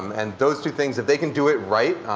and those two things if they can do it right,